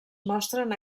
mostren